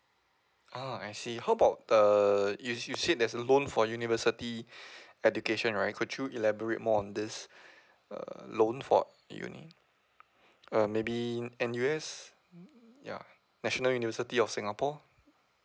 ah I see how about err you you said there's a loan for university education right could you elaborate more on this err loan for uni err maybe N_U_S ya national university of singapore